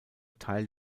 teil